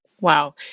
Wow